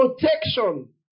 protection